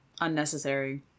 unnecessary